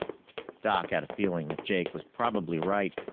doc had a feeling that jake was probably right,